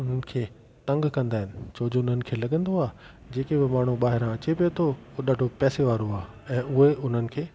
उन्हनि खे तंग कंदा आहिनि छोजो उन्हनि खे लॻंदो आहे जेके बि माण्हू ॿाहिरां अचे थो पियो थो उहो ॾाढो पेसे वारो आहे ऐं उहे उन्हनि खे